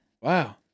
Wow